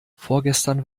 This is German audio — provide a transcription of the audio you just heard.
vorgestern